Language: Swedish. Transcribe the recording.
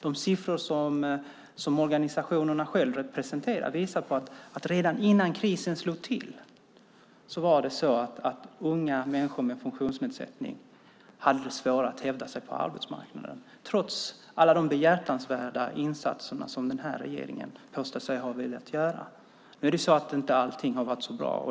De siffror som organisationerna själva presenterar visar att redan innan krisen slog till hade unga människor med funktionsnedsättning svårare att hävda sig på arbetsmarknaden, trots alla de behjärtansvärda insatser som den här regeringen påstår sig ha velat göra. Allt har inte varit så bra.